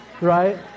Right